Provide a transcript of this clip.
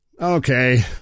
Okay